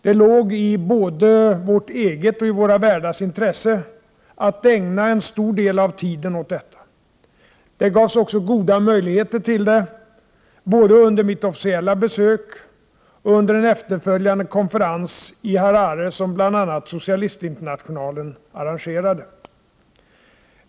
Det låg både i vårt eget och i våra värdars intresse att ägna en stor del av tiden åt detta. Det gavs också goda möjligheter till det, både under mitt officiella besök och under en efterföljande konferens i Harare som bl.a. Socialistinternationalen arrangerade.